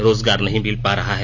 रोजगार नहीं मिल पा रहा है